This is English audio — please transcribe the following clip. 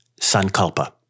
sankalpa